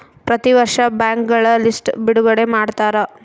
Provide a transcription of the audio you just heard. ಪ್ರತಿ ವರ್ಷ ಬ್ಯಾಂಕ್ಗಳ ಲಿಸ್ಟ್ ಬಿಡುಗಡೆ ಮಾಡ್ತಾರ